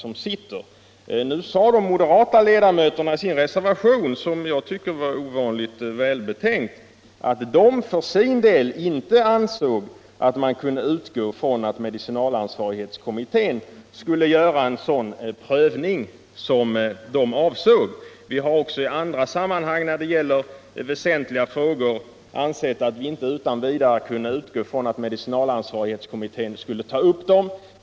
Nu sade de moderata utskottsledamöterna i sin reservation, som jag tycker var ovanligt välbetänkt, att de för sin del ansåg att man inte kunde utgå från att medicinalansvarskommittén skulle göra en sådan prövning som de åsvftade. Vi har också i andra sammanhang när det gäller väsentliga frågor ansett att vi inte utan vidare kan utgå-från att medicinalansvarskommittén kommer att ta upp dem.